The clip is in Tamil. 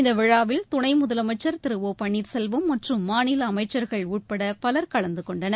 இந்த விழாவில் துணை முதலமைச்சர் திரு ஒபள்ளீர்செல்வம் மற்றும் மாநில அமைச்சர்கள் உட்பட பலர் கலந்துகொண்டனர்